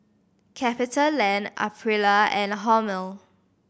CapitaLand Aprilia and Hormel